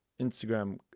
Instagram